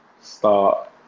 start